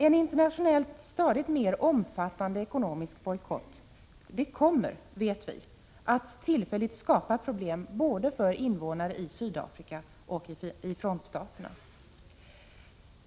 En internationellt stadigt mer omfattande ekonomisk bojkott kommer — det vet vi — att tillfälligt skapa problem för invånare både i Sydafrika och i frontstaterna.